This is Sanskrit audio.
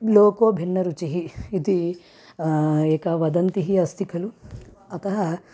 लोको भिन्नरुचिः इति एका वदन्तिः अस्ति खलु अतः